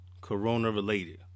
Corona-related